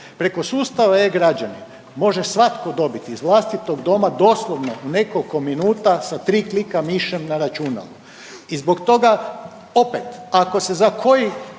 Preko sustava e-građani može svatko dobiti iz vlastitog doma doslovno u nekoliko minuta sa tri klika mišem na računalu i zbog toga opet ako se za koji